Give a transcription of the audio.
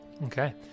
okay